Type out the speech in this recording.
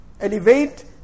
Elevate